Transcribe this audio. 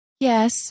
Yes